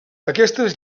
aquestes